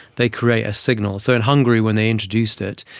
they create a signal. so in hungary when they introduced it,